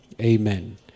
Amen